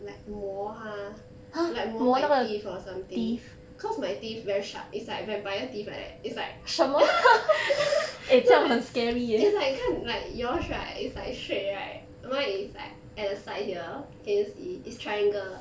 like 磨它 like 磨 my teeth or something cause my teeth very sharp is like vampire teeth like that is like no is is like 看 like yours right is like straight right mine is like at the side here can you see is triangle